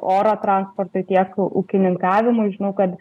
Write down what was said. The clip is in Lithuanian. oro transportui tiek ūkininkavimui žinau kad